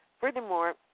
Furthermore